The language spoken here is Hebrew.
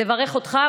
לברך אותך,